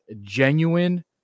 genuine